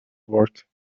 work